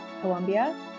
Colombia